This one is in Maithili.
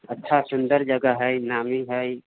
अच्छा सुन्दर जगह है नामी है